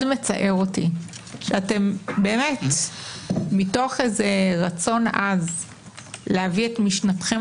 מאוד מצער אותי שמתוך רצון עז להביא את משנתכם